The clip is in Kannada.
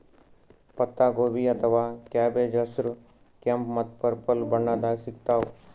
ಪತ್ತಾಗೋಬಿ ಅಥವಾ ಕ್ಯಾಬೆಜ್ ಹಸ್ರ್, ಕೆಂಪ್ ಮತ್ತ್ ಪರ್ಪಲ್ ಬಣ್ಣದಾಗ್ ಸಿಗ್ತಾವ್